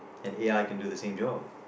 an A_I can do the same job